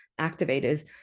activators